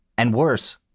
and worse,